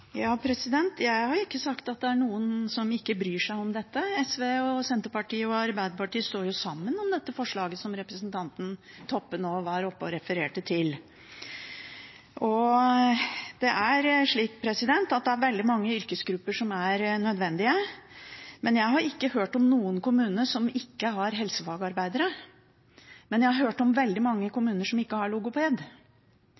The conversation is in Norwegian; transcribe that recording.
som ikke bryr seg om dette. SV, Senterpartiet og Arbeiderpartiet står jo sammen om dette forslaget som representanten Toppe nå var oppe og refererte til. Det er veldig mange yrkesgrupper som er nødvendige, men jeg har ikke hørt om noen kommuner som ikke har helsefagarbeidere, mens jeg har hørt om veldig mange